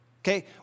Okay